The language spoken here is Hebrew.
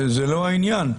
זה לא העניין.